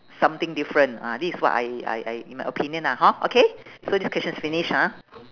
something different ah this is what I I I in my opinion ah hor okay so this question is finish ha